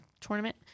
Tournament